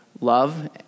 love